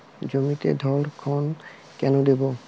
জমিতে ধড়কন কেন দেবো?